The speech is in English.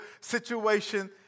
situation